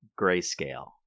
grayscale